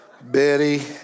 Betty